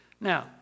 Now